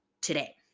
today